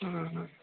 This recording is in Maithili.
हँ